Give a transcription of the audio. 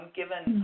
given